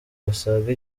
basaga